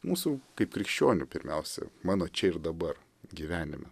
mūsų kaip krikščionių pirmiausia mano čia ir dabar gyvenime